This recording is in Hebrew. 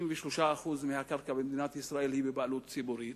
93% מהקרקע במדינת ישראל היא בבעלות ציבורית,